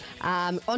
On